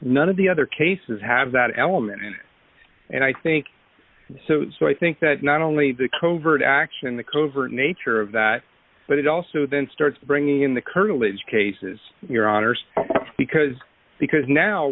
none of the other cases have that element and i think so so i think that not only the covert action the covert nature of that but it also then starts bringing in the kernel it's cases your honour's because because now